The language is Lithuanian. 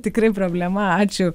tikrai problema ačiū